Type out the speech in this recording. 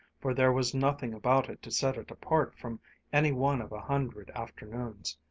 for there was nothing about it to set it apart from any one of a hundred afternoons.